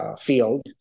field